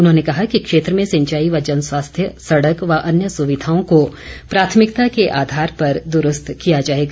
उन्होंने कहा कि क्षेत्र में सिंचाई व जन स्वास्थ्य संड़क व अन्य स्विधाओं को प्राथमिकता के आधार पर दुरूस्त किया जाएगा